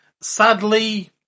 sadly